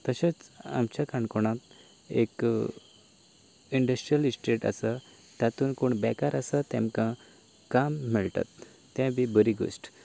तशेंच आमच्या काणकोणांत एक इंडस्ट्रीयल इस्टेट आसा तातूंत कोण बेकार आसा तेमकां काम मेळटा तें बी बरी गोश्ट